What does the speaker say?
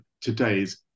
today's